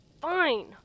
Fine